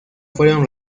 fueron